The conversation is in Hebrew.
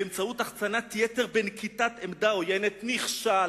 באמצעות החצנת יתר בנקיטת עמדה עוינת נכשל.